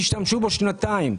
תשתמשו בו שנתיים.